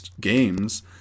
games